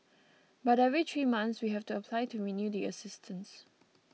but every three months we have to apply to renew the assistance